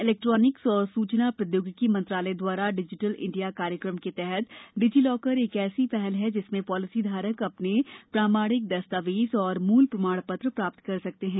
electronics और सूचना प्रौद्योगिकी मंत्रालय द्वारा डिजिटल इंडिया कार्यक्रम के तहत डिजीलॉकर एक ऐसी पहल है जिसमें पालिसीधारक अपने प्रामाणिक दस्तावेज और मूल प्रमाण पत्र प्राप्त कर सकते हैं